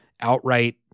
outright